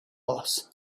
boss